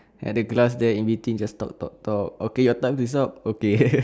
and a glass there in between just talk talk talk okay your time is up okay